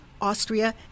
Austria